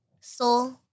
Soul